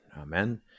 Amen